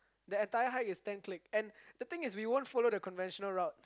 that entire hike is ten klick and the thing is we won't follow the conventional road